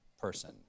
person